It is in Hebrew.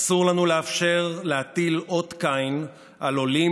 אסור לנו לאפשר להטיל אות קין על עולים